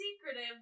secretive